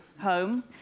home